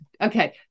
okay